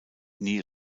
nie